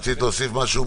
רצית להוסיף משהו?